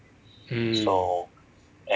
mm